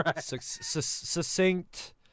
succinct